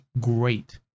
great